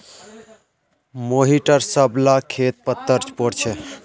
मोहिटर सब ला खेत पत्तर पोर छे